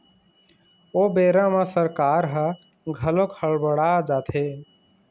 ओ बेरा म सरकार ह घलोक हड़ बड़ा जाथे